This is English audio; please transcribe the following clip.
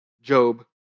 Job